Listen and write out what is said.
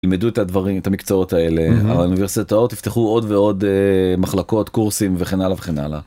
ילמדו את הדברים את המקצועות האלה, האוניברסיטאות יפתחו עוד ועוד מחלקות קורסים וכן הלאה וכן הלאה.